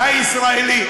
הישראלי.